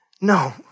No